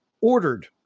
ordered